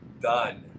Done